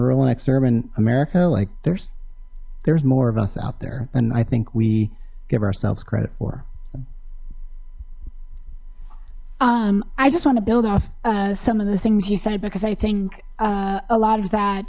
exurban america like there's there's more of us out there and i think we give ourselves credit for um i just want to build off some of the things you said because i think a lot of